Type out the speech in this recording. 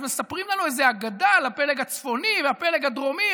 אז מספרים לנו איזו אגדה על הפלג הצפוני והפלג הדרומי.